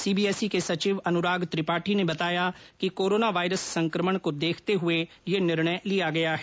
CBSE के सचिव अनुराग त्रिपाठी ने बताया कि कोरोना वायरस संक्रमण को देखते हुए यह निर्णय लिया गया है